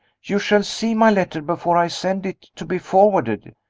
you shall see my letter before i send it to be forwarded.